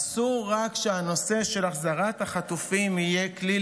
רק אסור שהנושא של החזרת החטופים יהיה כלי